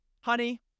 Honey